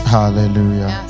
hallelujah